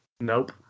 Nope